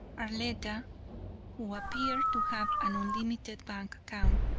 arletta, who appeared to have an unlimited bank account,